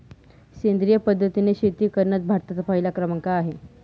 सेंद्रिय पद्धतीने शेती करण्यात भारताचा पहिला क्रमांक आहे